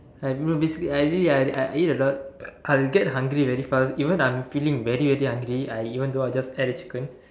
I basically I eat I I eat a lot I'll get hungry very fast even I'm feeling very very hungry I even though I just ate a chicken